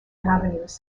avenues